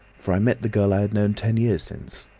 for i met the girl i had known ten years since.